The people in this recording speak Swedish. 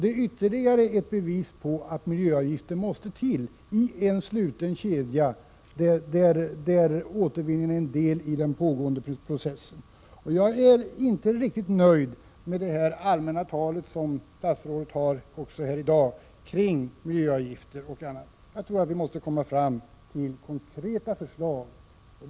Det är ytterligare ett bevis på att miljöavgifter måste till i en sluten kedja, där återvinningen är en del av den pågående processen. Jag är inte riktigt nöjd med statsrådets allmänna tal i dag kring miljöavgif ter och annat. Jag tror att vi måste komma fram till konkreta förslag. Sådana — Prot.